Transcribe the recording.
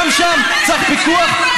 גם שם צריך פיקוח,